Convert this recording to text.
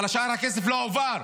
אבל שאר הכסף לא הועבר,